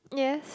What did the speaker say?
yes